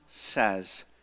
says